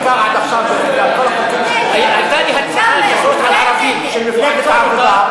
עיסאווי פריג' ותמר זנדברג לסעיף 1 לא נתקבלה.